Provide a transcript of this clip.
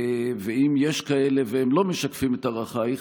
ואם יש כאלה והם לא משקפים את ערכייך,